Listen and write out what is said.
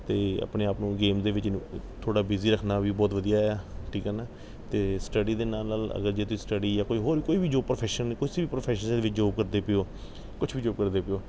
ਅਤੇ ਆਪਣੇ ਆਪ ਨੂੰ ਗੇਮ ਦੇ ਵਿੱਚ ਥੋੜ੍ਹਾ ਬਿਜ਼ੀ ਰੱਖਣਾ ਵੀ ਬਹੁਤ ਵਧੀਆ ਆ ਠੀਕ ਆ ਨਾ ਅਤੇ ਸਟੱਡੀ ਦੇ ਨਾਲ ਨਾਲ ਅਗਰ ਜੇ ਤੁਸੀਂ ਸਟੱਡੀ ਜਾਂ ਕੋਈ ਹੋਰ ਕੋਈ ਵੀ ਜੋ ਪ੍ਰੋਫੈਸ਼ਨ ਕਿਸੇ ਵੀ ਪ੍ਰੋਫੈਸ਼ਨ ਦੇ ਵਿੱਚ ਜੋਬ ਕਰਦੇ ਪਏ ਹੋ ਕੁਛ ਵੀ ਜੋਬ ਕਰਦੇ ਪਏ ਹੋ